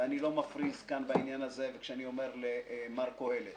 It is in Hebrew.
ואני לא מפריז כאן בעניין זה כשאני אומר למר קהלת